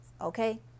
Okay